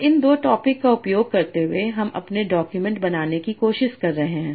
अब इन 2 टॉपिक का उपयोग करते हुए हम अपने डॉक्यूमेंट बनाने की कोशिश कर रहे हैं